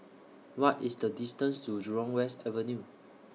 What IS The distance to Jurong West Avenue